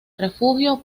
refugio